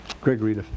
Gregory